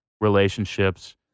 relationships